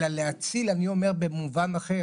אלא להציל אני אומר במובן אחר,